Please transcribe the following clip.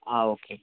ആ ഓക്കേ